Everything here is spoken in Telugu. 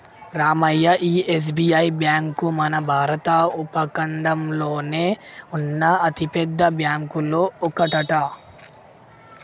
రామయ్య ఈ ఎస్.బి.ఐ బ్యాంకు మన భారత ఉపఖండంలోనే ఉన్న అతిపెద్ద బ్యాంకులో ఒకటట